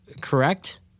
correct